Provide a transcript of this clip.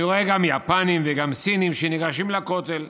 אני רואה גם יפנים וגם סינים שניגשים לכותל,